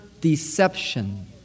deception